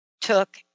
took